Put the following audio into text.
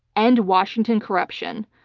end washington corruption.